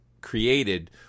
created